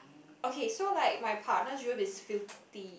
okay so like my partner will be filthy